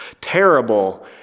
Terrible